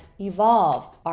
evolve